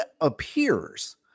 appears